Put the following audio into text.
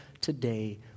today